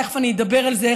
תכף אני אדבר על זה,